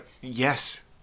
Yes